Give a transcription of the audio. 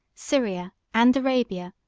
syria, and arabia,